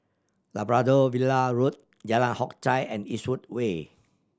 Labrador Villa Road Jalan Hock Chye and Eastwood Way